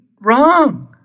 Wrong